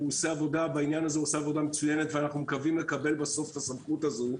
והא עשה עבודה מצוינת ואנחנו מקווים לקבל את הסמכות הזו,